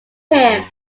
him